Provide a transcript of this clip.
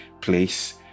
place